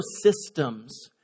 systems